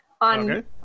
on